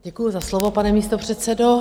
Děkuju za slovo, pane místopředsedo.